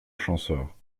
champsaur